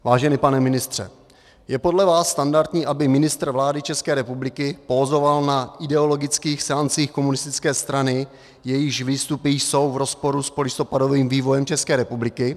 Vážený pane ministře, je podle vás standardní, aby ministr vlády České republiky pózoval na ideologických seancích komunistické strany, jejíž výstupy jsou v rozporu s polistopadovým vývojem České republiky?